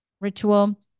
ritual